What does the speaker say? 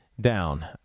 down